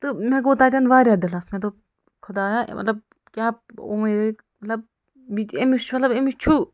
تہٕ مےٚ گوٚو تَتیٚن واریاہ دِلَس مےٚ دوٚپ خۄدایا مطلب کیٛاہ مطلب أمِس چھُ مطلب أمِس چھُ